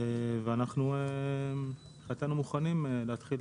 ואנחנו מבחינתנו מוכנים להתחיל